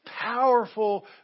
powerful